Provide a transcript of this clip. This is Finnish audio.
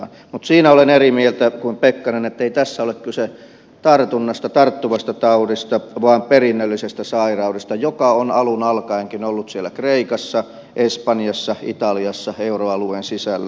mutta siinä olen eri mieltä kuin pekkarinen ettei tässä ole kyse tartunnasta tarttuvasta taudista vaan perinnöllisestä sairaudesta joka on alun alkaenkin ollut siellä kreikassa espanjassa italiassa euroalueen sisällä